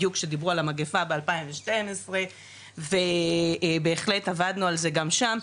בדיוק שדיברו על המגפה ב-2012 ובהחלט עבדנו על זה גם שם,